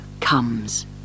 comes